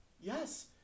yes